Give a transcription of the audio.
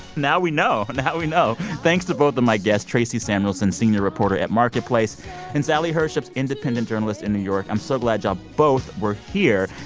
now we know. now we know. thanks to both of my guests tracey samuelson, senior reporter at marketplace and sally herships, independent journalist in new york. i'm so glad ya'll both were here.